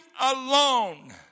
alone